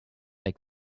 make